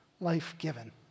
life-given